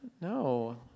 no